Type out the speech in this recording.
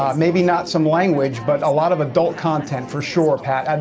um maybe not some language, but a lot of adult content for sure, pat. um